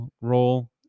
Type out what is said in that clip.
role